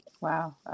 wow